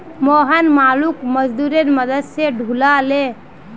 मोहन मालोक मजदूरेर मदद स ढूला ले